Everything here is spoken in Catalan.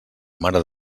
mare